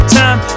time